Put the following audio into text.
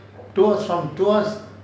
tuas from tuas